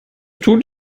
tut